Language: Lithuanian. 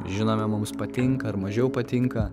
žinome mums patinka ir mažiau patinka